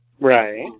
Right